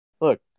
Look